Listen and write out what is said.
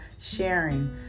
sharing